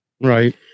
Right